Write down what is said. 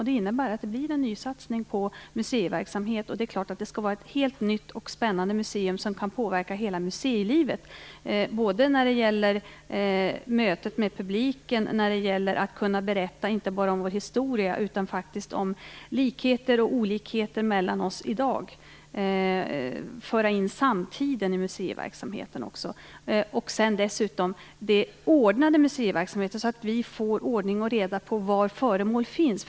Det innebär att det blir en nysatsning på museiverksamhet. Det är klart att det skall vara ett helt nytt och spännande museum som kan påverka hela museilivet. Det gäller mötet med publiken, att kunna berätta inte bara om vår historia utan om likheter och olikheter mellan oss i dag, föra in samtiden i museiverksamheten också. Dessutom skall det vara en ordnad museiverksamhet, så att vi får ordning och reda på var föremål finns.